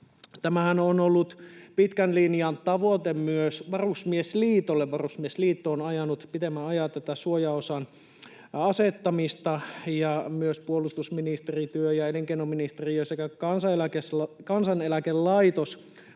Tämähän on ollut pitkän linjan tavoite myös Varusmiesliitolle. Varusmiesliitto on ajanut pitemmän aikaa tätä suojaosan asettamista. Myös puolustusministeri, työ- ja elinkeino-ministeriö sekä Kansaneläkelaitos